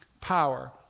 power